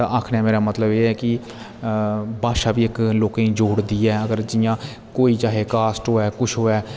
ते आखने मेरा मतलब ऐ की भाशा इक लोके दी जोड़दी ऐ इ'यां कोई चाहे कास्ट होवै कुछ होवै